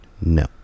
No